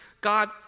God